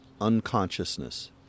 unconsciousness